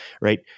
right